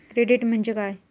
Credit म्हणजे काय?